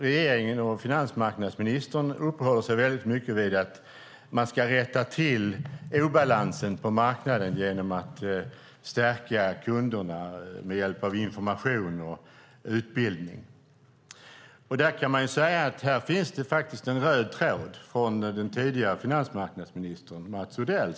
Regeringen och finansmarknadsministern uppehåller sig mycket vid att man ska rätta till obalansen på marknaden genom att stärka kunderna med hjälp av information och utbildning. Här finns det faktiskt en röd tråd från den tidigare finansmarknadsministern Mats Odell.